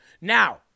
Now